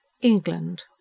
England